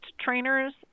trainers